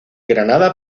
granada